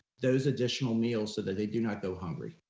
those additional meals so that they do not go hungry.